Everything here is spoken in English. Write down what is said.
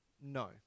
No